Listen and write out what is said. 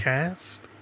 Cast